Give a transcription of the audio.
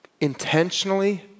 intentionally